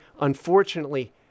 unfortunately